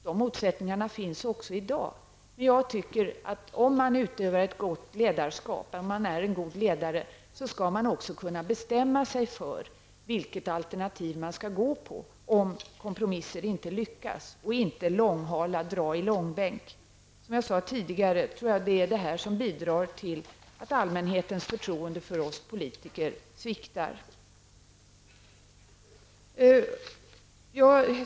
De motsättningarna finns också i dag, men jag tycker att om man utövar ett gott ledarskap, om man är en god ledare, skall man också kunna bestämma sig för vilket alternativ man skall gå på, om kompromisser inte lyckas, och inte långhala, dra i långbänk. Som jag sade tidigare, tror jag att det är det här som bidrar till att allmänhetens förtroende för oss politiker sviktar.